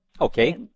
Okay